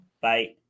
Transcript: Bye